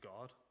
God